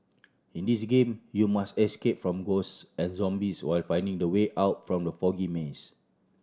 in this game you must escape from ghosts and zombies while finding the way out from the foggy maze